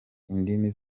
indimi